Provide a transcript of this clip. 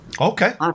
Okay